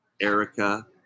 Erica